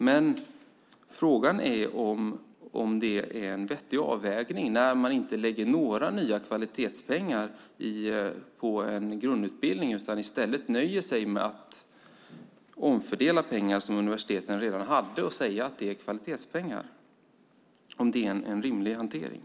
Men frågan är om det är en vettig avvägning när man inte lägger några nya kvalitetspengar på grundutbildningen. I stället nöjer man sig med att omfördela pengar som universiteten redan haft och säga att det är kvalitetspengar. Frågan är om det är en rimlig hantering.